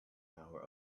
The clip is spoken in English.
hour